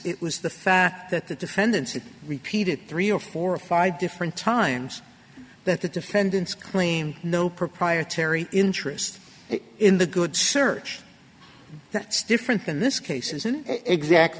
it was the fact that the defendant's it repeated three or four or five different times that the defendant's claim no proprietary interest in the good search that's different than this case isn't exactly